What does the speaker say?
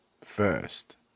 First